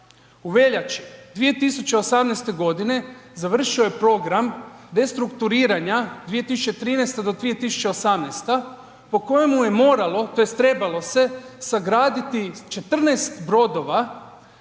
U veljači 2018. g. završio je program restrukturiranja 2013.-2018. po kojemu je moralo tj. trebalo se sagraditi 14 brodova